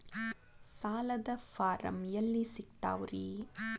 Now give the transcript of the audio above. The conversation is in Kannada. ಸಾಲದ ಫಾರಂ ಎಲ್ಲಿ ಸಿಕ್ತಾವ್ರಿ?